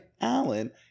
Alan